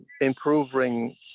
improving